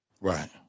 Right